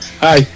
Hi